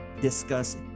discuss